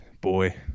Boy